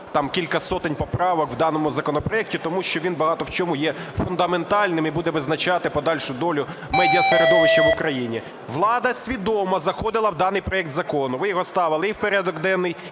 там кілька сотень поправок в даному законопроекті, тому що він багато в чому є фундаментальним і буде визначати подальшу долю медіасередовища в Україні. Влада свідомо заходила в даний проект закону, ви його ставили і в порядок денний,